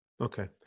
Okay